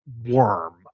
worm